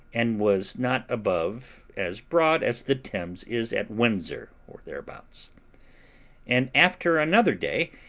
and was not above as broad as the thames is at windsor, or thereabouts and, after another day,